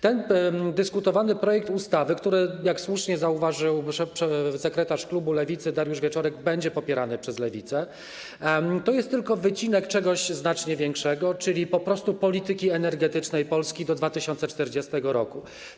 Ten dyskutowany projekt ustawy, który, jak słusznie zauważył sekretarz klubu Lewicy Dariusz Wieczorek, będzie popierany przez Lewicę, to jest tylko wycinek czegoś znacznie większego, czyli po prostu „Polityki energetycznej Polski do 2040 r.